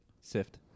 Sift